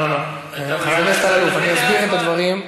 לא שמעתי, חבר הכנסת אלאלוף, אני אסביר את הדברים.